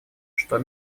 что